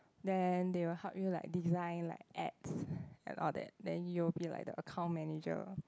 then they will help you like design like apps and all that then you'll be like the account manager